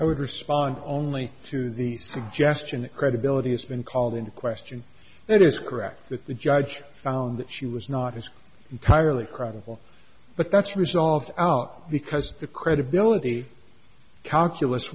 i would respond only to the suggestion that credibility has been called into question that is correct that the judge found that she was not as entirely credible but that's resolved out because the credibility calculus